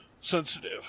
sensitive